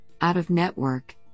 out-of-network